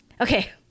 okay